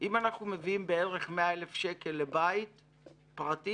אם אנחנו מביאים בערך 100,000 שקל לבית פרטי,